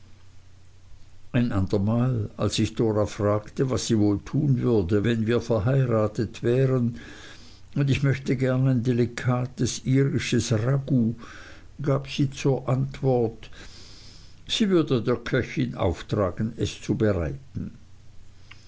ein ander mal als ich dora fragte was sie wohl tun würde wenn wir verheiratet wären und ich möchte gern ein delikates irisches ragout gab sie zur antwort sie würde der köchin auftragen es